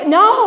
no